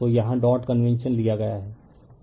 तो यहां dot convention लिया गया है